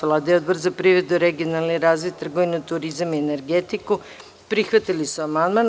Vlada i Odbor za privredu, regionalni razvoj, trgovinu, turizam i energetiku prihvatili su amandman.